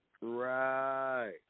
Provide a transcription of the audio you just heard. Right